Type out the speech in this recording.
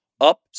up